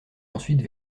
ensuite